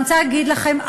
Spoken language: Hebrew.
אני רוצה להגיד לכם,